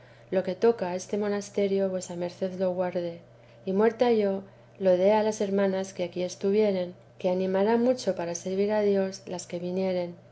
lo que toca a este monasterio vuesa merced lo guarde y muerta yo lo dé a las hermanas que aquí estuvieren que teresa d animará mucho para servir a dios las que vinieren